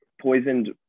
poisoned